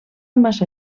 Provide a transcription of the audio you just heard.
massa